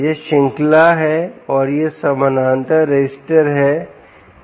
यह श्रृंखला है और यह समानांतर रजिस्टर है ये 2 परजीवी हैं